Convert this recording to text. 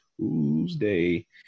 Tuesday